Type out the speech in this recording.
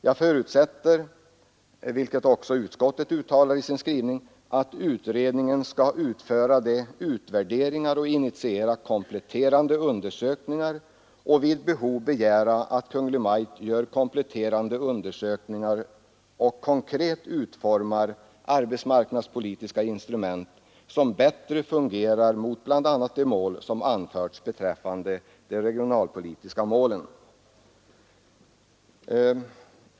Jag förutsätter, vilket också utskottet anför i sin skrivning, att utredningen skall göra utvärderingar och initiera kompletterande undersökningar och vid behov begära att Kungl. Maj:t låter närmare utreda hur man konkret skall utforma olika arbetsmarknadspolitiska instrument, som kan leda till bl.a. de uppställda regionalpolitiska målen.